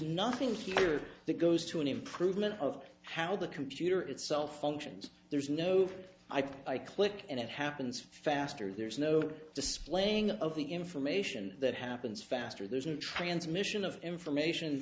nothing here that goes to an improvement of how the computer itself functions there's no i think i click and it happens aster there is no displaying of the information that happens faster there's a transmission of information